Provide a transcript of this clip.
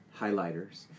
highlighters